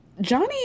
Johnny